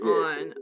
on